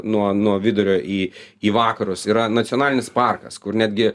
nuo nuo vidurio į į vakarus yra nacionalinis parkas kur netgi